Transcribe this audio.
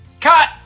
Cut